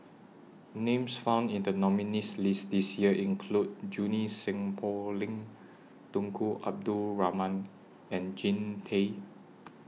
Names found in The nominees' list This Year include Junie Sng Poh Leng Tunku Abdul Rahman and Jean Tay